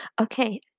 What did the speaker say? Okay